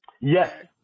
Yes